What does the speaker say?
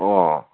ꯑꯣ